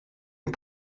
est